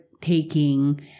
taking